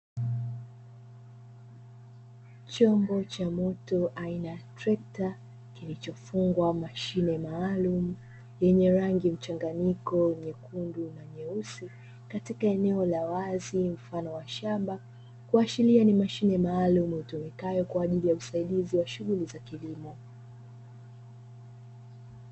Chombo cha moto aina ya trekta kilichofungwa mashine maalumu yenye rangi mchanganyiko nyekundu na nyeusi, katika eneo la wazi mfano wa shamba, kuashiria ni mashine maalumu itumikayo kwa ajili ya usaidizi wa shughuli za kilimo.